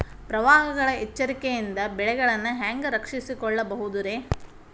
ಪ್ರವಾಹಗಳ ಎಚ್ಚರಿಕೆಯಿಂದ ಬೆಳೆಗಳನ್ನ ಹ್ಯಾಂಗ ರಕ್ಷಿಸಿಕೊಳ್ಳಬಹುದುರೇ?